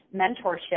mentorship